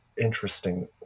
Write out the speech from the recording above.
interesting